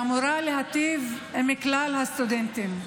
היא אמורה להיטיב עם כלל הסטודנטים.